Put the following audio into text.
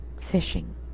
fishing